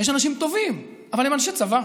יש אנשים טובים, אבל הם אנשי צבא.